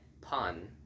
pun